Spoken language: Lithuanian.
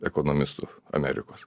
ekonomistu amerikos